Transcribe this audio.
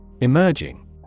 Emerging